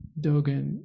Dogen